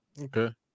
okay